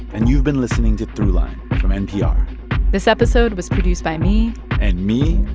and you've been listening to throughline from npr this episode was produced by me and me,